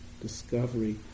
discovery